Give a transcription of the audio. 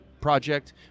project